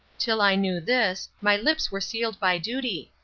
till i knew this, my lips were sealed by duty.